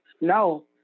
no